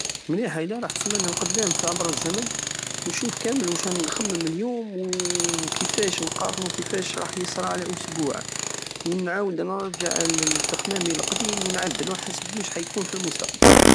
مليحة ادا رحت منا للقدام عبر الزمن نشوف كامل واش راني نخمم ليوم وكيفاش نقارنو كيفاش راح يصرا على اسبوع ونعاود نرجع لتخمامي لقديم ونعدل حسب وش راح يكون في المستقبل